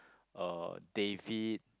uh David